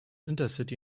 intercity